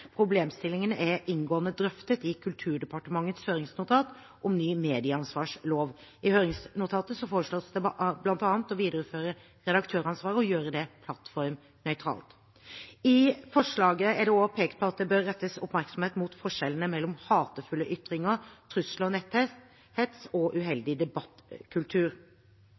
Problemstillingen er inngående drøftet i Kulturdepartementets høringsnotat om ny medieansvarslov. I høringsnotatet foreslås det bl.a. å videreføre redaktøransvaret og gjøre det plattformnøytralt. I forslaget er det også pekt på at det bør rettes oppmerksomhet mot forskjellene mellom hatefulle ytringer, trusler, netthets og uheldig